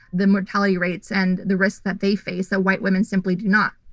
the mortality rates and the risks that they face ah white women simply do not.